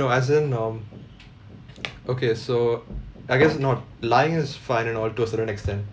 no as in um okay so I guess not lying is fine and all to a certain extent